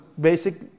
basic